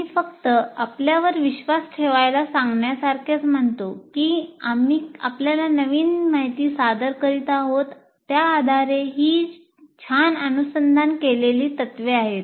आम्ही फक्त आपल्यावर विश्वास ठेवायला सांगण्यासारखेच म्हणतो की आम्ही आपल्याला नवीन माहिती सादर करीत आहोत त्या आधारे ही छान अनुसंधान केलेली तत्त्वे आहेत